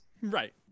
Right